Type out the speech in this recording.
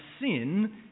sin